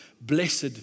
Blessed